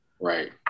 Right